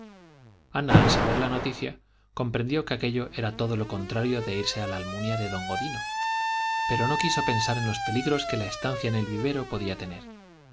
ana al saber la noticia comprendió que aquello era todo lo contrario de irse a la almunia de don godino pero no quiso pensar en los peligros que la estancia en el vivero podía tener